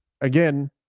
again